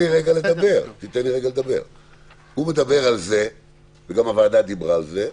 הוא מדבר על זה וגם הוועדה דיברה על זה,